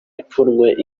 ipfunwe